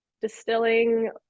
distilling